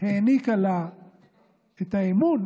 העניקה לה את האמון,